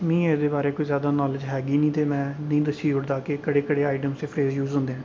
ते मिगी एह्दे बारे च कोई जैदा नॉलेज़ होगी निं ते निं तें दस्सी ओड़दा कि केह्ड़े केह्ड़े आईटम च फेस यूज़ होंदे न